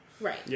right